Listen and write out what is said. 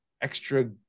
extra